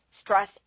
stress